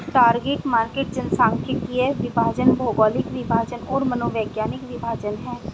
target market जनसांख्यिकीय विभाजन, भौगोलिक विभाजन और मनोवैज्ञानिक विभाजन हैं